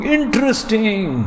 Interesting